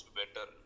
better